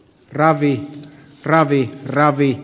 ravi ravi kc ravi